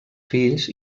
fills